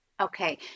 Okay